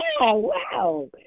wow